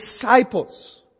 disciples